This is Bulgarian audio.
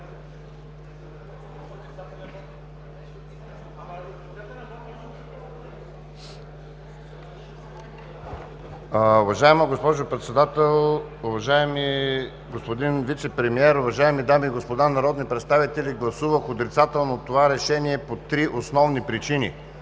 Уважаема госпожо Председател, уважаеми господин Вицепремиер, уважаеми дами и господа народни представители! Гласувах отрицателно това решение по три основни причини.